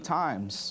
times